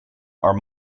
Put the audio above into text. are